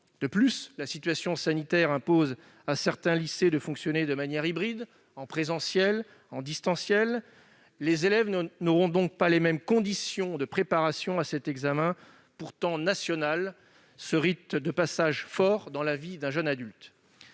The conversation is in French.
De plus, la situation sanitaire impose à certains lycées de fonctionner de manière hybride, en présentiel et en distanciel. Les élèves n'auront donc pas les mêmes conditions de préparation à cet examen, pourtant national, ce rite de passage fort dans la vie d'un jeune adulte.